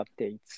updates